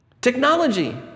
technology